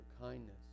kindness